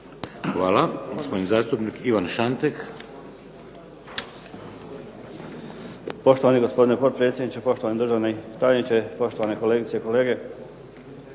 Hvala. Gospodin zastupnik Ivan Šantek. **Šantek, Ivan (HDZ)** Poštovani gospodine potpredsjedniče, poštovani državni tajniče, poštovane kolegice i kolege.